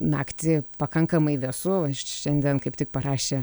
naktį pakankamai vėsu vaš šiandien kaip tik parašė